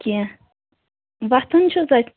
کیٚنٛہہ وۅتھان چھُس اتہِ